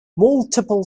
multiple